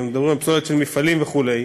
אנחנו מדברים על פסולת של מפעלים וכו'